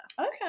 Okay